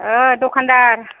दखानदार